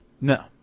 No